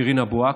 שירין אבו עאקלה,